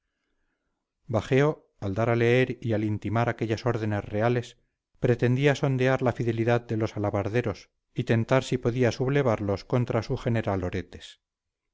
al dar a leer y al intimar aquellas órdenes reales pretendía sondear la fidelidad de los alabarderos y tentar si podía sublevarlos contra su general oretes